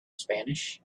spanish